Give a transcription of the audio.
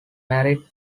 married